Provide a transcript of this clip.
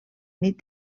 nit